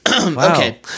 Okay